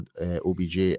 OBJ